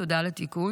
תודה על התיקון,